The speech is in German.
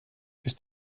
ist